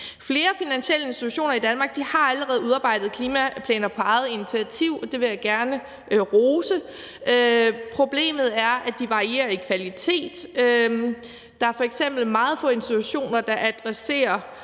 Flere finansielle institutioner i Danmark har allerede udarbejdet klimaplaner på eget initiativ, og det vil jeg gerne rose. Problemet er, at de varierer i kvalitet. Der er f.eks. meget få institutioner, der adresserer